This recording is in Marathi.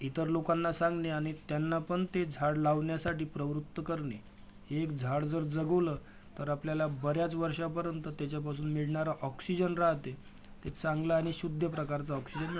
इतर लोकांना सांगणे आणि त्यांना पण ते झाड लावण्यासाठी प्रवृत्त करणे एक झाड जर जगवलं तर आपल्याला बऱ्याच वर्षापर्यंत त्याच्यापासून मिळणारा ऑक्सिजन राहते ते चांगलं आणि शुद्ध प्रकारचं ऑक्सिजन